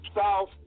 South